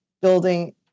building